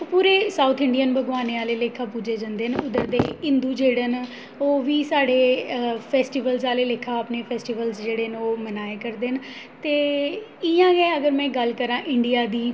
ओह् पूरे south Indian भगवानें आह्ले लेखा पूज्जे जंदे न उद्धर दे हिंदू जेह्ड़े न ओह् बी साढ़े फेस्टिवल्ज़ आह्ले लेखा अपने फेस्टिवल्ज़ जेह्ड़े न ओह् मनाए करदे न तेऽ इ'यां गै में अगर गल्ल करां इंडिया दी